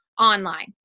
online